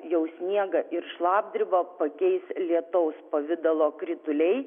jau sniegą ir šlapdribą pakeis lietaus pavidalo krituliai